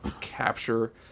capture